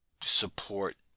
support